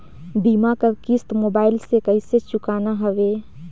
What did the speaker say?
बीमा कर किस्त मोबाइल से कइसे चुकाना हवे